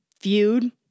feud